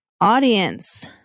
Audience